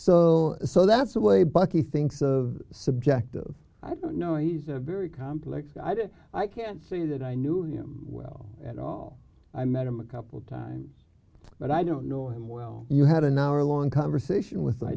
so so that's the way bucky thinks of subjective i don't know he's a very complex i don't i can't say that i knew him well at all i met him a couple times but i don't know him well you had an hour long conversation with i